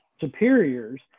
superiors